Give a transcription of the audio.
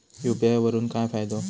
UPI करून काय फायदो?